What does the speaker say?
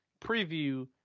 preview